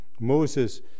Moses